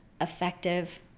effective